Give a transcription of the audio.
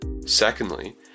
Secondly